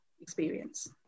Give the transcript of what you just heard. experience